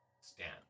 stand